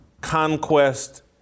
conquest